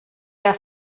der